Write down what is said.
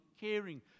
caring